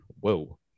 whoa